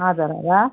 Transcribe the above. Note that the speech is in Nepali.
हजुर हजुर